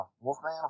Wolfman